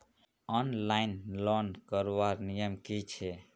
Online loan करवार नियम की छे?